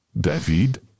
David